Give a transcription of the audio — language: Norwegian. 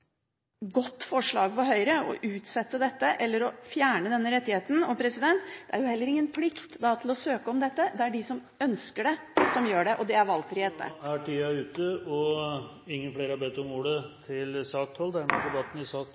godt forslag fra Høyre å utsette dette eller å fjerne denne rettigheten. Det er jo heller ingen plikt til å søke om dette. Det er de som ønsker det, som gjør det – og det er valgfrihet. Flere har ikke bedt om ordet til sak nr. 12. Etter ønske fra familie- og kulturkomiteen vil presidenten foreslå at taletiden begrenses til